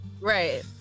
right